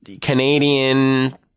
Canadian